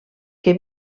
que